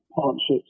partnerships